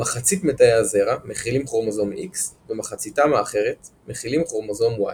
מחצית מתאי הזרע מכילים כרומוזום X ומחציתם האחרת מכילים כרומוזום Y.